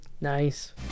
nice